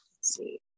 See